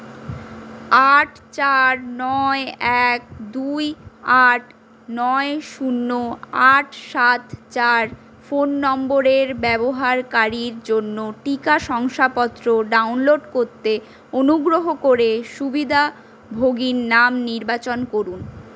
আট চার নয় এক দুই আট নয় শূন্য আট সাত চার ফোন নম্বরের ব্যবহারকারীর জন্য টিকা শংসাপত্র ডাউনলোড করতে অনুগ্রহ করে সুবিধাভোগীর নাম নির্বাচন করুন